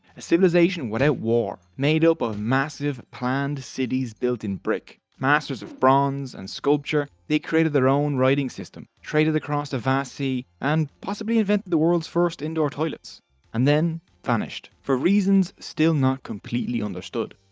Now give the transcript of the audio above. a civilsation without war. made up of massive planned cities built in brick. masters of bronze and sculpture. they created their own writing system, traded across the vast sea and possibly invented the world's first indoor toilets and then vanished for reasons still not understood.